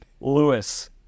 Lewis